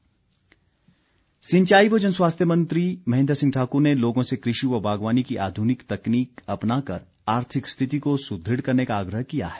महेन्द्र सिंह सिंचाई व जनस्वास्थ्य मंत्री महेन्द्र सिंह ठाकुर ने लोगों से कृषि व बागवानी की आधुनिक तकनीक अपनाकर आर्थिक स्थिति को सुदृढ़ करने का आग्रह किया है